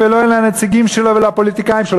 ולא לנציגים שלו ולפוליטיקאים שלו,